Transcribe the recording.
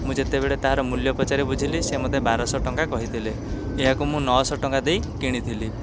ମୁଁ ଯେତେବେଳେ ତାର ମୂଲ୍ୟ ପଚାରି ବୁଝିଲି ସେ ମୋତେ ବାରଶହ ଟଙ୍କା କହିଥିଲେ ଏହାକୁ ମୁଁ ନଅଶହ ଟଙ୍କା ଦେଇ କିଣିଥିଲି